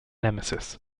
nemesis